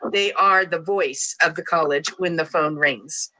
they are the voice of the college when the phone rings.